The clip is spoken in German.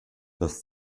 das